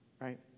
right